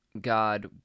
God